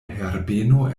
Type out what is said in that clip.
herbeno